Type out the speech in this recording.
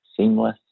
seamless